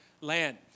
land